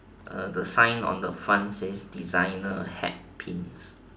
uh the sign on the front says designer hat pins